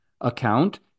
account